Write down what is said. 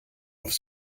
auf